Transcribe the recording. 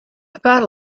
about